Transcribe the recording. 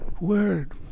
word